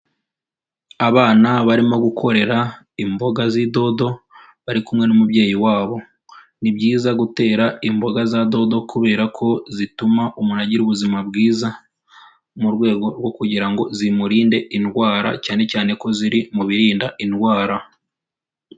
Abana barimo gukorera imboga z'idodo bari kumwe n'umubyeyi wabo, ni byiza gutera imboga za dodo kubera ko zituma umuntu agira ubuzima bwiza mu rwego rwo kugira ngo zimurinde indwara cyane cyane ko ziri mu birinda indwara.